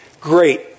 Great